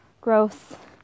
growth